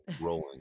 rolling